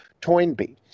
Toynbee